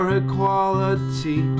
equality